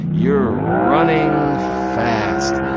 you're running fast.